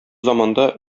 заманда